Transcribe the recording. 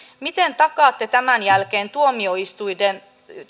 miten takaatte tämän jälkeen tuomioistuinten